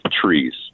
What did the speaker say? trees